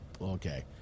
okay